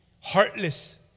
heartless